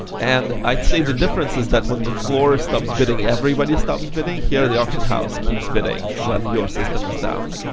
and i'd say the difference is that when the floor stops bidding, everybody's stops bidding. here, the auction house keeps bidding when your system is down.